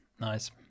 Nice